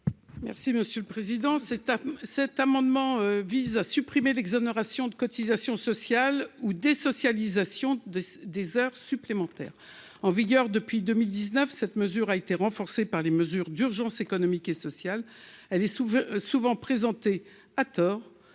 Merci monsieur le président, c'est à cet amendement vise à supprimer l'exonération de cotisations sociales ou des socialisation de des heures supplémentaires, en vigueur depuis 2019, cette mesure a été renforcée par les mesures d'urgence économique et sociale, elle est souvent souvent présenté à tort